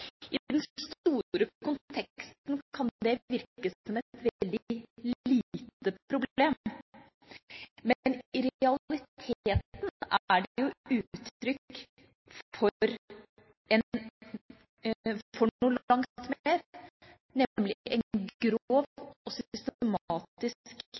det virke som et veldig lite problem, men i realiteten er det jo uttrykk for noe langt mer, nemlig en